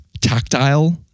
tactile